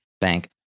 Bank